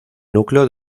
núcleo